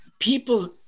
People